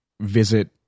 visit